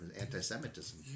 anti-Semitism